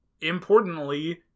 importantly